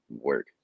work